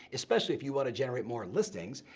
especially if you wanna generate more listings.